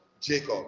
Jacob